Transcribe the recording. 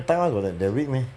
type R got that that weak meh